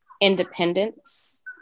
independence